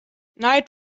night